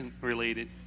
related